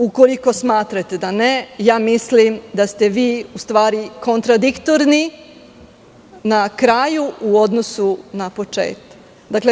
Ukoliko smatrate da ne, mislim da ste vi u stvari kontradiktorni na kraju u odnosu na početak.